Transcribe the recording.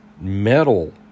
metal